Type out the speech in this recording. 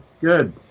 Good